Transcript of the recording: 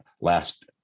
last-